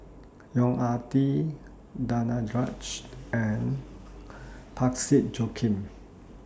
Yong Ah Kee Danaraj and Parsick Joaquim